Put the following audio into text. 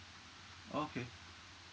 okay